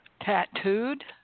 Tattooed